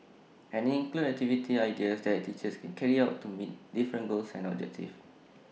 and IT includes activity ideas that teachers can carry out to meet different goals and objectives